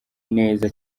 neza